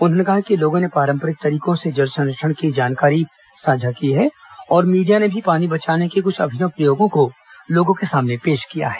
उन्होंने कहा कि लोगों ने पारंपरिक तरीको से जल संरक्षण की जानकारी साझा की है और मीडिया ने भी पानी बचाने के कुछ अभिनव प्रयोगो को लोगों के सामने पेश किया है